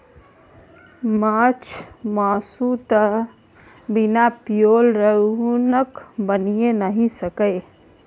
माछ मासु तए बिना पिओज रसुनक बनिए नहि सकैए